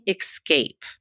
Escape